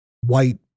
white